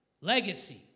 legacy